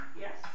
yes